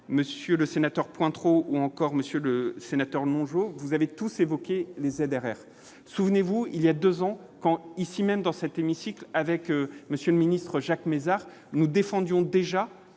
monsieur le sénateur, point trop ou encore Monsieur le Sénateur, bonjour, vous avez tous évoqué les ZRR, souvenez-vous, il y a 2 ans quand ici même dans cet hémicycle avec monsieur le ministre, Jacques Mézard nous défendions déjà